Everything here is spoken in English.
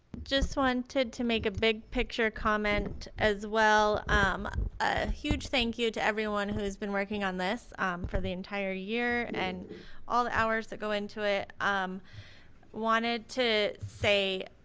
just wanted to make a big-picture comment as well um a huge thank you to everyone who has been working on this for the entire year and all the hours that go into it um wanted to say